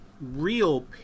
real